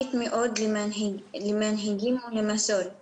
שמרנית מאוד למנהגים ולמסורת